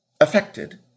affected